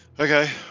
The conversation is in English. Okay